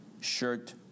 shirt